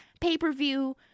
pay-per-view